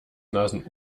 nasen